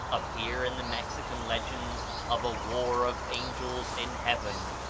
appear in the mexican legends of a war of angels in heaven,